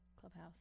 clubhouse